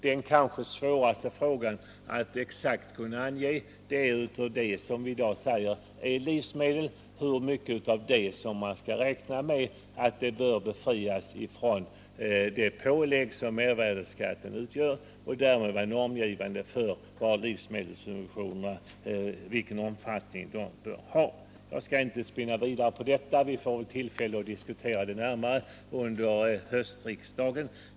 Den svåraste frågan blir att exakt kunna ange vilka artiklar av dem vi i dag kallar livsmedel som bör befrias från det pålägg som mervärdeskatten utgör och därmed vara normgivande för vilken omfattning livsmedelssubventionerna bör ha. Jag skall inte spinna vidare på detta. Vi får tillfälle att diskutera det närmare under höstens riksmöte.